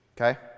Okay